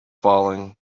falling